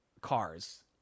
cars